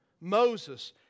Moses